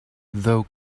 though